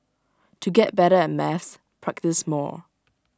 to get better at maths practise more